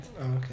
Okay